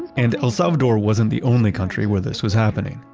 and el salvador wasn't the only country where this was happening.